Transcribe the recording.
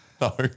No